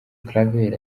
claver